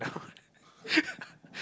now that